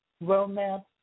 romance